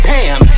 Pam